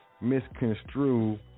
misconstrue